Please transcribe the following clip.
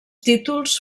títols